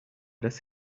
das